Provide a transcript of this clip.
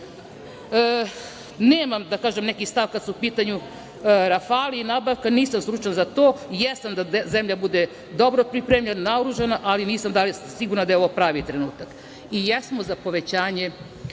pertle. Nemam neki stav kada su u pitanju „Rafali“ i nabavka, nisam stručnjak za to. Jesam da zemlja bude dobro pripremljena, naoružanja, ali nisam sigurna da je ovo pravi trenutak. Jesmo za povećanje,